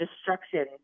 destruction